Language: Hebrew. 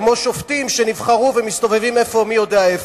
כמו שופטים שנבחרו ומסתובבים מי יודע איפה.